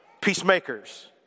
peacemakers